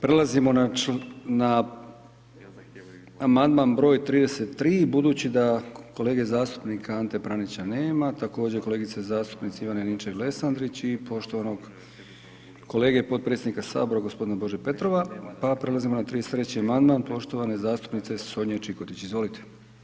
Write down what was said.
Prelazimo na amandman br. 33. budući da kolege zastupnika Ante Pranića nema, također kolegice zastupnice Ivane Ninčević Lesandrić i poštovanog kolege, potpredsjednika Sabora, gospodina Bože Petrova, pa prelazimo na 33. amandman, poštovane zastupnice Sonje Čikotić, izvolite.